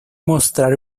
mostrar